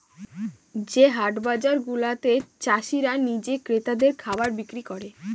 যে বাজার হাট গুলাতে চাষীরা নিজে ক্রেতাদের খাবার বিক্রি করে